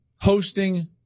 hosting